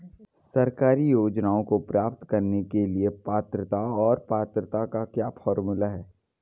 सरकारी योजनाओं को प्राप्त करने के लिए पात्रता और पात्रता का क्या फार्मूला है?